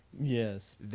Yes